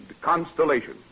Constellation